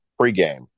pregame